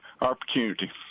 opportunity